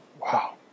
Wow